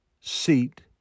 seat